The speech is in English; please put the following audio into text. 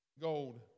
gold